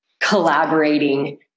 collaborating